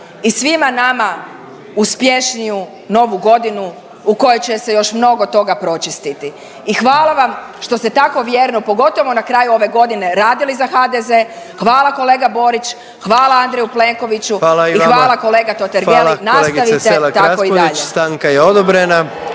i svima nama uspješniju Novu Godinu u kojoj će se još mnogo toga pročistiti i hvala vam što ste tako vjerno, pogotovo na kraju ove godine radili za HDZ hvala kolega Borić, hvala Andreju Plenkoviću i …/Upadica predsjednik: Hvala